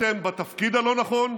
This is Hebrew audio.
אתם בתפקיד הלא-נכון,